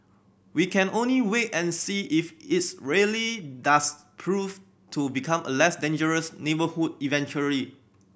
we can only wait and see if its really does prove to become a less dangerous neighbourhood eventually